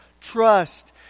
trust